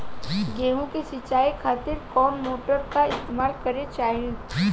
गेहूं के सिंचाई खातिर कौन मोटर का इस्तेमाल करे के चाहीं?